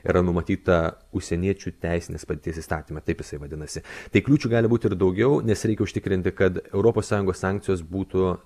yra numatyta užsieniečių teisinės padėties įstatyme taip jisai vadinasi tai kliūčių gali būti ir daugiau nes reikia užtikrinti kad europos sąjungos sankcijos būtų